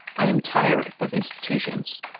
i am tired of institutions.